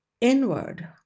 inward